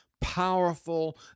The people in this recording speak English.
powerful